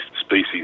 species